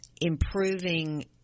improving